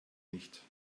nicht